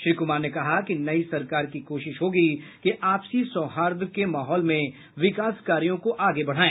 श्री कुमार ने कहा कि नई सरकार की कोशिश होगी कि आपसी सौहार्द के माहौल में विकास कार्यों को आगे बढाए